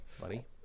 buddy